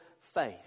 faith